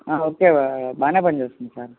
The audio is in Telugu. ఆ ఓకే బాగానే పని చస్తుంది సార్